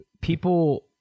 people